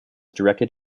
directed